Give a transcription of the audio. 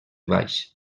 baix